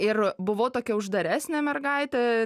ir buvau tokia uždaresnė mergaitė